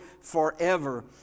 forever